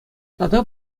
тата